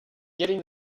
getting